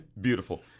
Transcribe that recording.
Beautiful